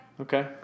Okay